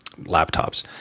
laptops